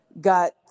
got